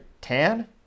tan